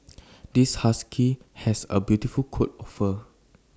this husky has A beautiful coat of fur